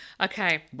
Okay